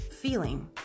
feeling